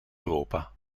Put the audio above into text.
europa